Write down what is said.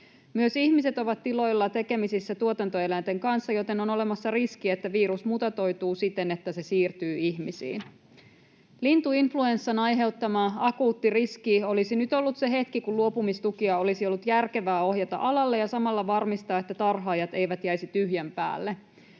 Myös ihmiset ovat tiloilla tekemisissä tuotantoeläinten kanssa, joten on olemassa riski, että virus mutatoituu siten, että se siirtyy ihmisiin. Lintuinfluenssan aiheuttama akuutti riski olisi nyt ollut se hetki, kun luopumistukia olisi ollut järkevää ohjata alalle ja samalla varmistaa, että tarhaajat eivät jäisi tyhjän päälle.